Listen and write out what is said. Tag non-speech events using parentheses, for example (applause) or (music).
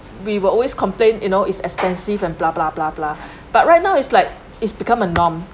we will always complain you know it's expensive and blah blah blah blah (breath) but right now it's like it's become a norm